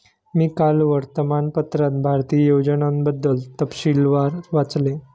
मी काल वर्तमानपत्रात भारतीय योजनांबद्दल तपशीलवार वाचले